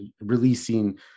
releasing